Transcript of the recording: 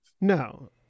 No